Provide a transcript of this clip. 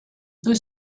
peut